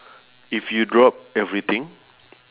if you drop everything